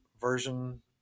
version